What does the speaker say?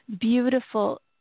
beautiful